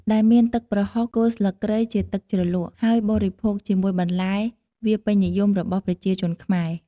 ដែលមានទឹកប្រហុក គល់ស្លឹកគ្រៃជាទឹកជ្រលក់ ហើយបរិភោគជាមួយបន្លែ វាពេញនិយមរបស់ប្រជាជនខ្មែរ។